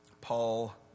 Paul